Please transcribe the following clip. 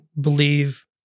believe